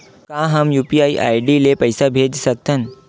का हम UPI ID ले पईसा भेज सकथन?